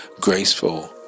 graceful